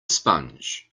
sponge